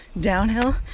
downhill